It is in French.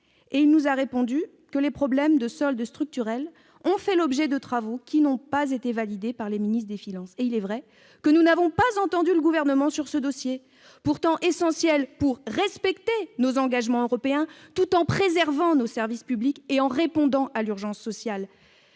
Il nous a répondu que « les problèmes de soldes structurels ont fait l'objet de travaux qui n'ont pas été validés par les ministres des finances ». Il est vrai que nous n'avons pas entendu le Gouvernement sur ce dossier, pourtant essentiel pour respecter nos engagements européens, tout en préservant nos services publics et en répondant à l'urgence sociale.